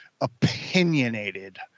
opinionated